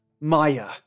Maya